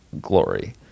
glory